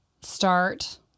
start